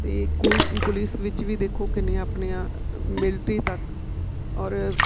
ਅਤੇ ਕੋਈ ਪੁਲਿਸ ਵਿੱਚ ਵੀ ਦੇਖੋ ਕਿੰਨੀਆਂ ਆਪਣੀਆਂ ਮਿਲਟਰੀ ਤੱਕ ਔਰ